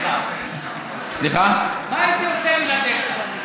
מה הייתי עושה בלעדיך?